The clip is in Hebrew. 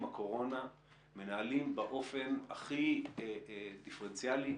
הקורונה מנהלים באופן הכי דיפרנציאלי,